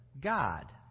God